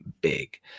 big